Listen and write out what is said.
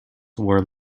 were